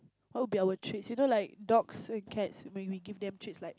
what'll be our treats you know like dogs and cats when we give them treats like